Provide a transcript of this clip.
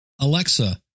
Alexa